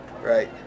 Right